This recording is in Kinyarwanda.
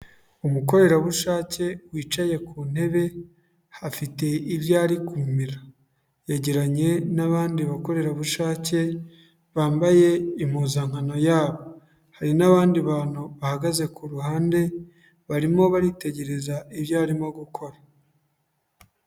Umukorerabushake wicaye ku ntebe afite ibyo ari kumira yegeranye n'abandi bakorerabushake bambaye impuzankano yabo, hari n'abandi bantu bahagaze ku ruhande barimo baritegereza ibyo arimo gukora.